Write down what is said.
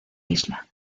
isla